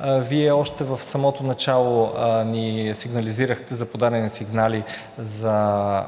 Вие още в самото начало ни сигнализирахте за подадени сигнали за